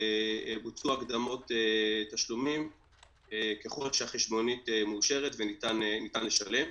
בוצעו הקדמות תשלומים ככל שהחשבונית מאושרת וניתן לשלם.